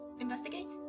investigate